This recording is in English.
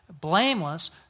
blameless